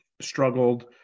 struggled